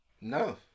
No